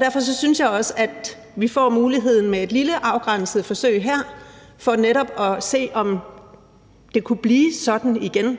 Derfor synes jeg også, at vi får muligheden med et lille afgrænset forsøg her for netop at se, om det kunne blive sådan igen.